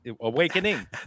awakening